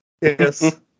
yes